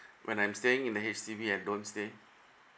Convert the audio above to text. when I'm staying in the H_D_B and don't stay